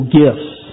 gifts